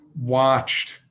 watched